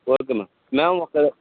okay ma'am ma'am ఒక